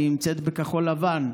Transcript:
נמצאת בכחול לבן,